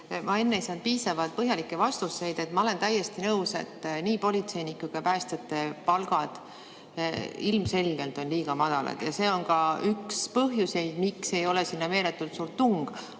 Ma enne ei saanud piisavalt põhjalikke vastuseid. Ma olen täiesti nõus, et nii politseinike kui ka päästjate palgad ilmselgelt on liiga madalad ja see on ka üks põhjuseid, miks ei ole sinna meeletult suurt tungi.